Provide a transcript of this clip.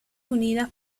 unidas